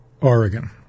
Oregon